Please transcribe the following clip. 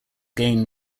gain